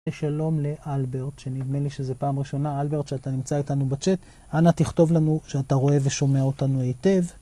שלום לאלברט, שנדמה לי שזו פעם ראשונה, אלברט שאתה נמצא איתנו בצ'אט, אנה תכתוב לנו כשאתה רואה ושומע אותנו היטב.